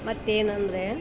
ಮತ್ತೇನು ಅಂದರೆ